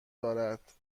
دارد